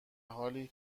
حالی